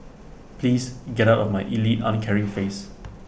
please get out of my elite uncaring face